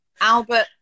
Albert